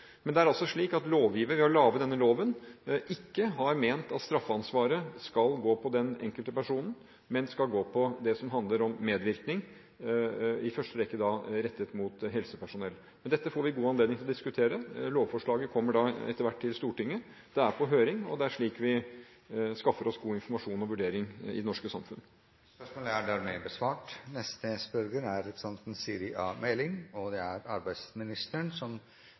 Men det er altså slik at lovgiver ved å lage denne loven, ikke har ment at straffansvaret skal gå på den enkelte personen, men skal gå på det som handler om medvirkning – i første rekke rettet mot helsepersonell. Dette får vi god anledning til å diskutere. Lovforslaget kommer etter hver til Stortinget. Det er på høring, og det er slik vi skaffer oss god informasjon og vurdering i det norske samfunn. «Bedriften Covent AS i Bjerkreim i Rogaland har merket effekter av finanskrisen i Europa og